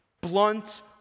Blunt